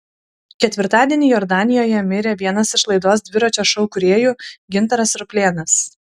ketvirtadienį jordanijoje mirė vienas iš laidos dviračio šou kūrėjų gintaras ruplėnas